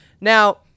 Now